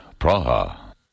Praha